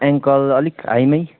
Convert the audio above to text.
ankle अलिक high नै